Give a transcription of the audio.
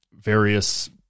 various